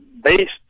based